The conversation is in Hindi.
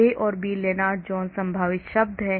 ए और बी लेनार्ड जोन्स संभावित शब्द हैं